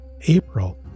April